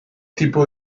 tipo